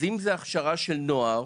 אם זה הכשרה של נוער,